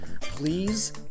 please